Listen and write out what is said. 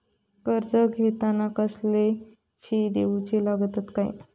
कर्ज घेताना कसले फी दिऊचे लागतत काय?